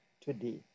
today